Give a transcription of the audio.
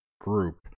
group